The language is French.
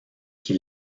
qui